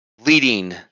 leading